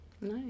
Nice